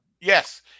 Yes